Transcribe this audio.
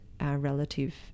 relative